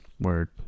Word